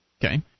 Okay